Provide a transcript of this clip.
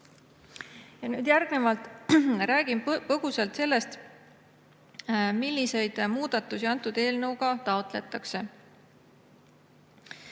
Järgnevalt räägin põgusalt sellest, milliseid muudatusi selle eelnõuga taotletakse.